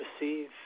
receive